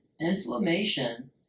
Inflammation